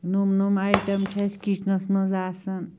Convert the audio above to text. نوٚم نوٚم آیٹم چھِ اسہِ کِچنَس منٛز آسان